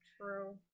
true